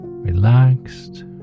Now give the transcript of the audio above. relaxed